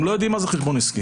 הם לא יודעים מה זה חשבון עסקי,